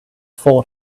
for